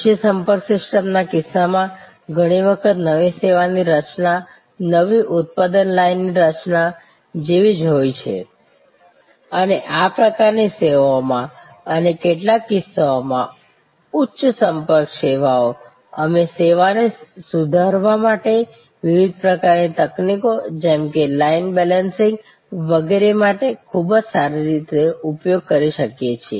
ઓછી સંપર્ક સિસ્ટમના કિસ્સામાં ઘણી વખત નવી સેવાની રચના નવી ઉત્પાદન લાઇનની રચના જેવી જ હોય છે અને આ પ્રકારની સેવાઓમાં અને કેટલાક કિસ્સાઓમાં કેટલીક ઉચ્ચ સંપર્ક સેવાઓ અમે સેવાને સુધારવા માટે વિવિધ પ્રકારની તકનીકો જેમ કે લાઇન બેલેન્સિંગ વગેરે માટે ખૂબ જ સારી રીતે ઉપયોગ કરી શકીએ છીએ